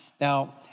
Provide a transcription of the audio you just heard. now